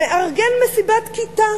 מארגן מסיבת כיתה